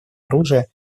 оружия